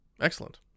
Excellent